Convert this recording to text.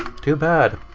too bad.